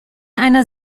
einer